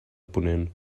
ponent